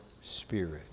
spirit